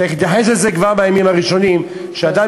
צריך להתייחס לזה כבר בימים הראשונים שאדם